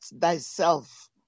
thyself